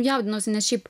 jaudinuosi nes šiaip